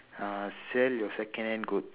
uh sell your second hand goods